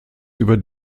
über